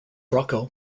rocco